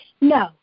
No